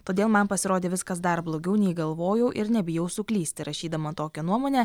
todėl man pasirodė viskas dar blogiau nei galvojau ir nebijau suklysti rašydama tokią nuomonę